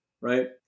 right